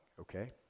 okay